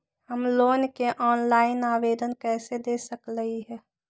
हम लोन के ऑनलाइन आवेदन कईसे दे सकलई ह?